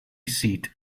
seat